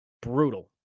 Brutal